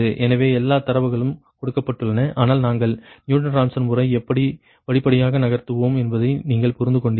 எனவே எல்லா தரவுகளும் கொடுக்கப்பட்டுள்ளன ஆனால் நாங்கள் நியூட்டன் ராப்சன் முறை எப்படி படிப்படியாக நகர்த்துவோம் என்பதை நீங்கள் புரிந்துகொண்டீர்கள்